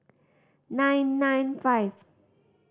nine nine five